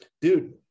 Dude